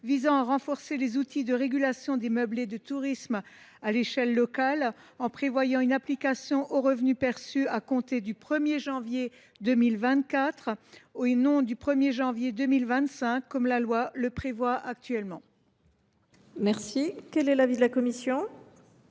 visant à renforcer les outils de régulation des meublés de tourisme à l’échelle locale, en prévoyant une application aux revenus perçus à compter du 1 janvier 2024, et non du 1 janvier 2025. Quel est l’avis de la